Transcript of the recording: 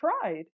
tried